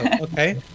okay